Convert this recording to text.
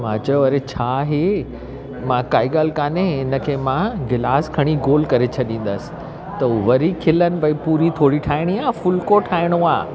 मां चयो वरी छा आहे मां काई ॻाल्हि कोन्हे इनखे मां गिलास खणी गोल करे छॾींदसि त वरी खिलनि पई पूरी थोरी ठाहिणी आहे फुल्को ठाहिणो आहे